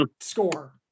score